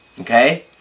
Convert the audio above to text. okay